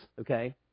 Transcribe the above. Okay